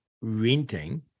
renting